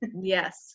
yes